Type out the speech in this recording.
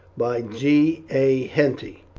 by g. a. henty